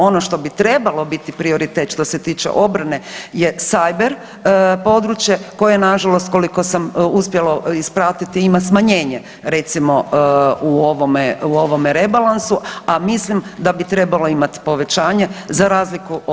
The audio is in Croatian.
Ono što bi trebalo biti prioritet što se tiče obrane je cyber područje koje je nažalost koliko sam uspjela ispratiti ima smanjenje recimo u ovome rebalansu, a mislim da bi trebalo imat povećanje, za razliku od aviona.